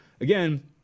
Again